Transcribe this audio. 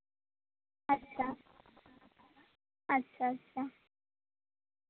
ᱟᱪᱪᱷᱟ ᱟᱪᱪᱷᱟ